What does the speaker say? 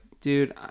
dude